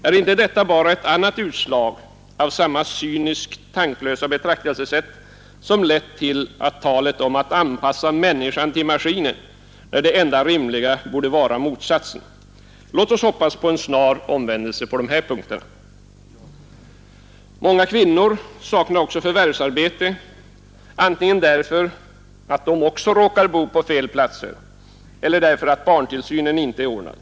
Är inte detta bara ett annat utslag av samma cyniskt tanklösa betraktelsesätt som lett till talet om att anpassa människan till maskinen, när det enda rimliga borde vara motsatsen. Låt oss hoppas på en snar omvändelse på dessa punkter! Många kvinnor saknar också förvärvsarbete, antingen därför att även de råkar bo på fel platser eller därför att barntillsynen inte är ordnad.